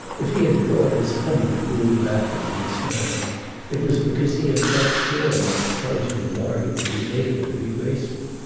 if he had brought his huddled brood back with him this morning it was because he had felt sure enough of closing the bargain to be able to be graceful.